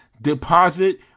deposit